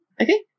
Okay